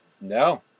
No